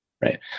right